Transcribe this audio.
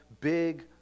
big